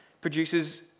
produces